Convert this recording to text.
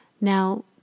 Now